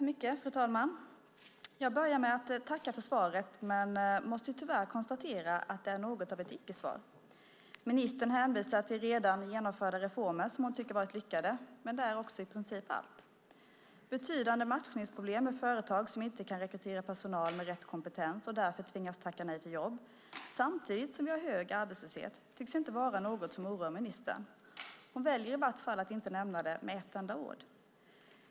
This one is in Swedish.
Fru talman! Jag börjar med att tacka för svaret men måste tyvärr konstatera att det är något av ett icke-svar. Ministern hänvisar till redan genomförda reformer som hon tycker har varit lyckade, men det är också i princip allt. Betydande matchningsproblem med företag som inte kan rekrytera personal med rätt kompetens och därför tvingas tacka nej till jobb samtidigt som vi har hög arbetslöshet tycks inte vara något som oroar ministern. Hon väljer i vart fall att inte nämna det med ett enda ord.